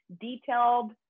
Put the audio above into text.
detailed